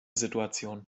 situation